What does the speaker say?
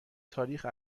تاریخ